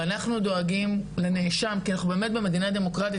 ואנחנו דואגים לנאשם כי אנחנו במדינה דמוקרטית